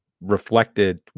reflected